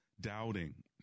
doubting